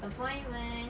appointment